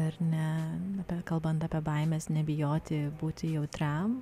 ar ne kalbant apie baimes nebijoti būti jautriam